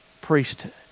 priesthood